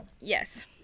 Yes